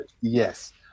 Yes